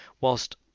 whilst